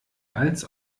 als